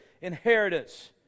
inheritance